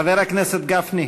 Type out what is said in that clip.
חבר הכנסת גפני,